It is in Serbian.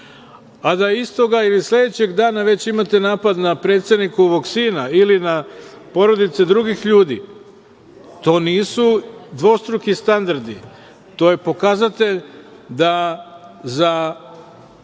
a da istog ili sledećeg dana već imate napad na predsednikovog sina ili na porodice drugih ljudi, to nisu dvostruki standardi. To je pokazatelj da za